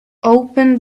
open